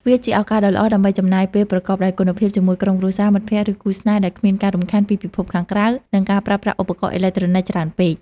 វាជាឱកាសដ៏ល្អដើម្បីចំណាយពេលប្រកបដោយគុណភាពជាមួយក្រុមគ្រួសារ មិត្តភ័ក្តិ ឬគូស្នេហ៍ ដោយគ្មានការរំខានពីពិភពខាងក្រៅ និងការប្រើប្រាស់ឧបករណ៍អេឡិចត្រូនិកច្រើនពេក។